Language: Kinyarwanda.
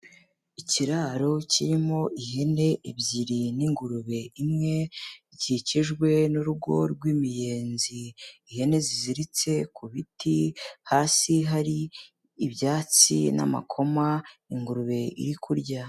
Ikiraro kirimo ihene ebyiri n'ingurube imwe, zikikijwe n'urugo rw'imiyenzi, ihene ziziritse ku biti, hasi hari ibyatsi n'amakoma ingurube iri kurya.